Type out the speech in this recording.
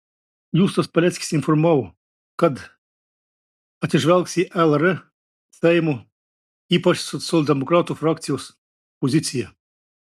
justas paleckis informavo kad atsižvelgs į lr seimo ypač socialdemokratų frakcijos poziciją